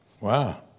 Wow